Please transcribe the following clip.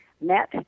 met